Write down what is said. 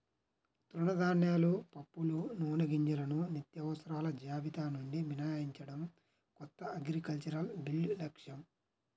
తృణధాన్యాలు, పప్పులు, నూనెగింజలను నిత్యావసరాల జాబితా నుండి మినహాయించడం కొత్త అగ్రికల్చరల్ బిల్లు లక్ష్యం